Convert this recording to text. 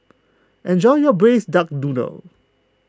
enjoy your Braised Duck Noodle